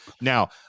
Now